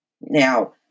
Now